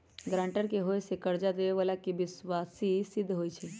guarantor के होय से कर्जा लेबेय बला के विश्वासी सिद्ध होई छै